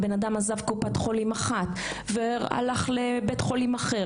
האדם עזב קופת חולים אחת והלך לבית חולים אחר,